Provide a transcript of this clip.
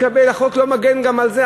החוק לא מגן גם על זה.